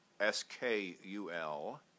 S-K-U-L